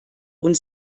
und